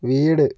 വീട്